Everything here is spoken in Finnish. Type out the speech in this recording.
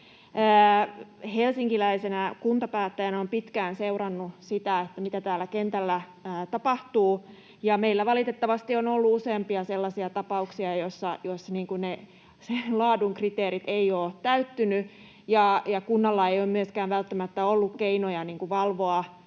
Helsinkiläisenä kuntapäättäjänä olen pitkään seurannut, mitä täällä kentällä tapahtuu, ja meillä valitettavasti on ollut useampia sellaisia tapauksia, joissa laadun kriteerit eivät ole täyttyneet ja joissa kunnalla ei ole myöskään välttämättä ollut keinoja valvoa